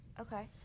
okay